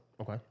Okay